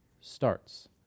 starts